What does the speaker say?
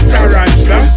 Tarantula